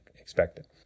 expected